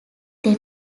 then